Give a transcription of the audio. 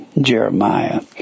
jeremiah